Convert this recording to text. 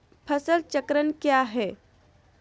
फसल चक्रण क्या है?